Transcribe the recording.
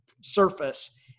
surface